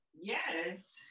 Yes